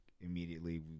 immediately